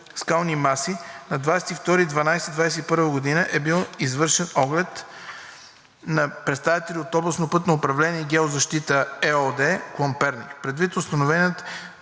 скални маси, на 22 декември 2021 г. е бил извършен оглед на представители от „Областно пътно управление и геозащита“ ЕООД, клон Перник. Предвид установения